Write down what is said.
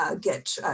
get